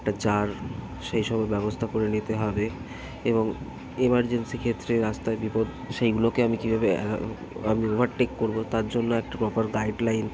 একটা জার সেই সবের ব্যবস্থা করে নিতে হবে এবং এমার্জেন্সি ক্ষেত্রে রাস্তায় বিপদ সেইগুলোকে আমি কীভাবে আমি ওভারটেক করবো তার জন্য একটা প্রপার গাইডলাইন